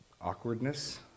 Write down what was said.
awkwardness